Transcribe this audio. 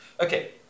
okay